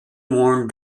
worn